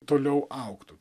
toliau augtų